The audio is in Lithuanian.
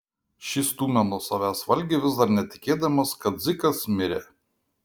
šis stūmė nuo savęs valgį vis dar netikėdamas kad dzikas mirė